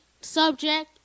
subject